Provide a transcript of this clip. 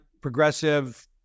progressive